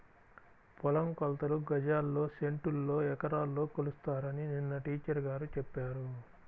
పొలం కొలతలు గజాల్లో, సెంటుల్లో, ఎకరాల్లో కొలుస్తారని నిన్న టీచర్ గారు చెప్పారు